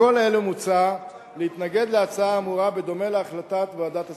מכל אלה מוצע להתנגד להצעה האמורה בדומה להחלטת ועדת השרים.